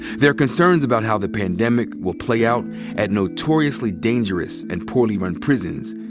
there are concerns about how the pandemic will play out at notoriously dangerous and poorly run prisons,